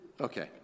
okay